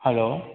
hello